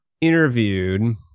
interviewed